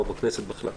או בכנסת בכלל.